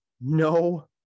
no